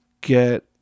get